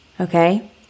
Okay